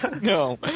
No